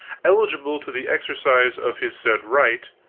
eligible to the exercise of his said right,